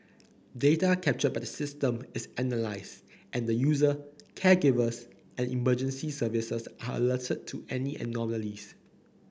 data captured by the system is analysed and the user caregivers and emergency services are alerted to any anomalies